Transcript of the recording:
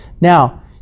Now